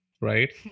right